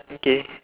okay